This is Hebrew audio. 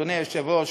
אדוני יושב-ראש